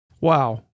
Wow